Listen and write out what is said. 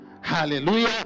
Hallelujah